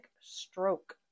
stroke